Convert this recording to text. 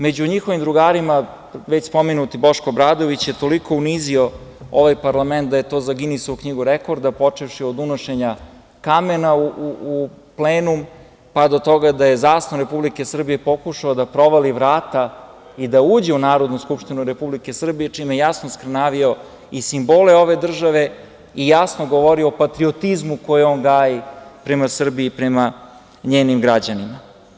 Među njihovim drugarima je već spomenuti Boško Obradović toliko unizio ovaj parlament da je to za Ginisovu knjigu rekorda, počevši od unošenja kamena u plenum, pa do toga da je zastavom Republike Srbije pokušao da provali vrata i da uđe u Narodnu skupštinu Republike Srbije, čime je jasno oskrnavio i simbole ove države i jasno govori o patriotizmu koji on gaji prema Srbiji i prema njenim građanima.